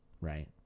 right